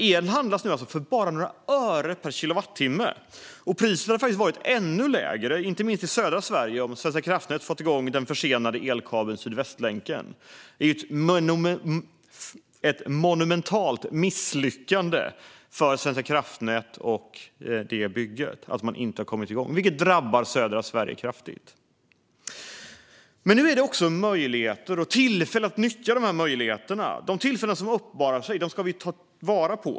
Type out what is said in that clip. El handlas nu för bara några öre per kilowattimme, och priset hade faktiskt varit ännu lägre, inte minst i södra Sverige, om Svenska kraftnät fått igång den försenade elkabeln Sydvästlänken. Det är ett monumentalt misslyckande för Svenska kraftnät att bygget inte har kommit igång, vilket drabbar södra Sverige kraftigt. Nu finns dock också möjligheter och tillfälle att nyttja dem. De tillfällen som uppenbarar sig ska vi ta vara på.